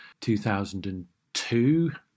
2002